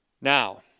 Now